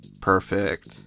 Perfect